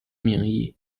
名义